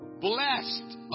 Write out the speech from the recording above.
blessed